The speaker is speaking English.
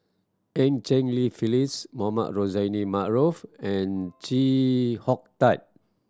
Eu Cheng Li Phyllis Mohamed Rozani Maarof and Chee Hong Tat